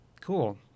cool